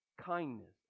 kindness